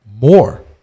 more